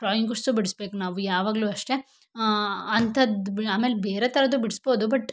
drawings ಬಿಡಿಸ್ಬೇಕು ನಾವು ಯಾವಾಗಲೂ ಅಷ್ಟೇ ಅಂಥದ್ದು ಆಮೇಲೆ ಬೇರೆ ಥರದ್ದು ಬಿಡ್ಸ್ಬೌದು ಬಟ್